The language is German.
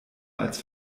als